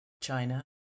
China